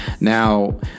Now